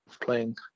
playing